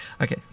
Okay